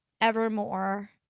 Evermore